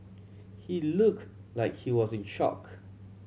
he looked like he was in shock